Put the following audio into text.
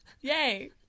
yay